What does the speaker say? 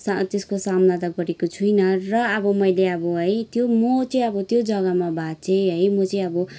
सा त्यसको सामना त गरेको छुइनँ र अब मैले अब है त्यो म चाहिँ अब त्यो जग्गामा भए चाहिँ है म चाहिँ अब